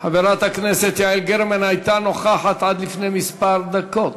חברת הכנסת יעל גרמן הייתה נוכחת עד לפני כמה דקות.